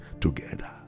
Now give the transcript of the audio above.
together